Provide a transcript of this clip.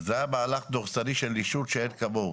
זה היה מהלך דורסני של נישול שאין כמוהו.